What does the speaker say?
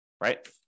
right